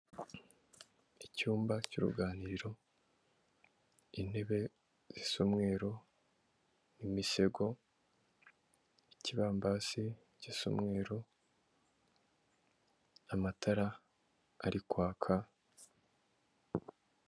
Icyumba cy'uruganiriro, intebe zisa umweru, imisego, ikibambasi gisa umweru, amatara ari kwaka.